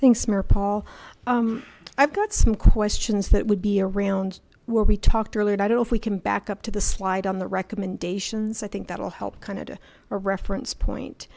mir paul i've got some questions that would be around where we talked earlier i don't know if we can back up to the slide on the recommendations i think that'll help kind of a reference point